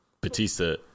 batista